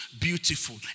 Beautiful